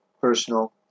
personal